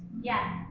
Yes